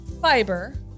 fiber